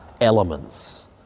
elements